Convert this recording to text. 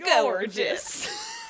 gorgeous